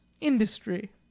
industry